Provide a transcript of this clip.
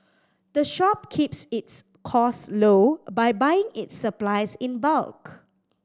the shop keeps its cost low by buying its supplies in bulk